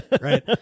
Right